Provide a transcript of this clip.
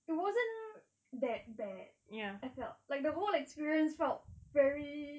it wasn't that bad I felt like the whole experience felt very